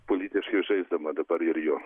politiškai žaisdama dabar ir juo